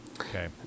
Okay